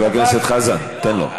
אז, לא יודע